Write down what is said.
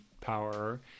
power